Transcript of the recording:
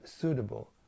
suitable